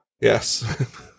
Yes